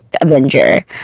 Avenger